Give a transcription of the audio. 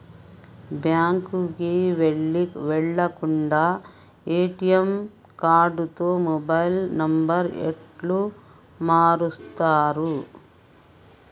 బ్యాంకుకి వెళ్లకుండా ఎ.టి.ఎమ్ కార్డుతో మొబైల్ నంబర్ ఎట్ల మారుస్తరు?